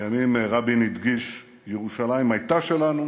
לימים, רבין הדגיש: ירושלים הייתה שלנו,